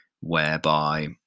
Whereby